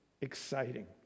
exciting